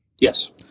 Yes